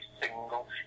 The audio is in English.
single